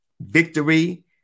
victory